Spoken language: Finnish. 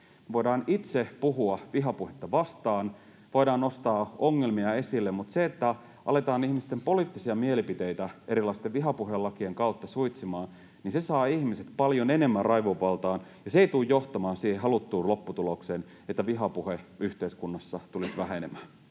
voidaan itse puhua vihapuhetta vastaan ja voidaan nostaa ongelmia esille, mutta se, että aletaan ihmisten poliittisia mielipiteitä erilaisten vihapuhelakien kautta suitsimaan, saa ihmiset paljon enemmän raivon valtaan, ja se ei tule johtamaan siihen haluttuun lopputulokseen, että vihapuhe yhteiskunnassa tulisi vähenemään.